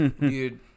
Dude